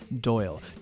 Doyle